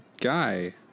guy